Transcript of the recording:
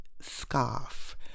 scarf